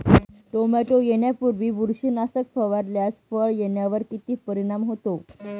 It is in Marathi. टोमॅटो येण्यापूर्वी बुरशीनाशक फवारल्यास फळ येण्यावर किती परिणाम होतो?